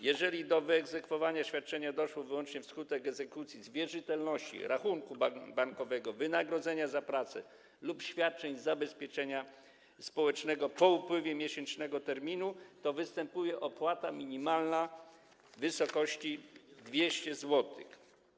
Jeżeli do wyegzekwowania świadczenia doszło wyłącznie wskutek egzekucji z wierzytelności, rachunku bankowego, wynagrodzenia za pracę lub świadczeń zabezpieczenia społecznego po upływie miesięcznego terminu, to występuje opłata minimalna w wysokości 200 zł.